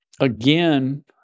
again